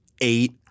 eight